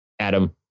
Adam